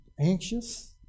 anxious